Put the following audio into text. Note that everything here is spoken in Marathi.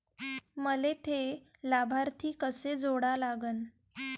मले थे लाभार्थी कसे जोडा लागन?